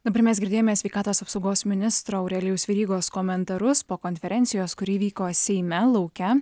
dabar mes girdėjome sveikatos apsaugos ministro aurelijaus verygos komentarus po konferencijos kuri vyko seime lauke